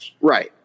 Right